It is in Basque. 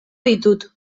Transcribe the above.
ditut